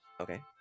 Okay